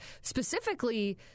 specifically